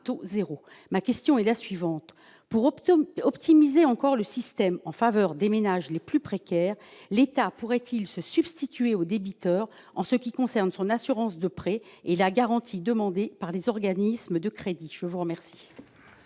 ma question : pour optimiser encore le système en faveur des ménages les plus précaires, l'État pourrait-il se substituer au débiteur pour ce qui concerne son assurance de prêt et la garantie demandée par les organismes de crédits ? La parole